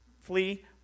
flee